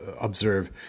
observe